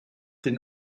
den